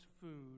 food